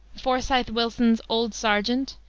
forceythe willson's old sergeant,